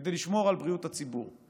כדי לשמור על בריאות הציבור.